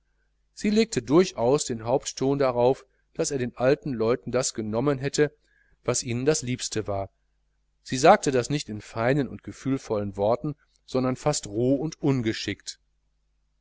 sie legte durchaus den hauptton darauf daß er den alten leuten das genommen hätte was ihnen das liebste war sie sagte das nicht in feinen und gefühlvollen worten sondern fast roh und ungeschickt